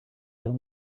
tell